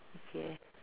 okay